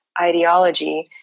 ideology